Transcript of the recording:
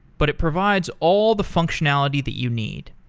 but it provides all the functionality that you need.